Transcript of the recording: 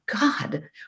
God